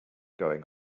going